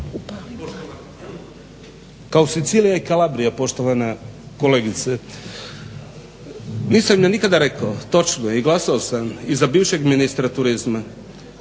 Kao Silicija i Kalabrija poštovana kolegice, nisam ja nikad rekao, točno je i glasovao sam i za bivšeg ministra turizma,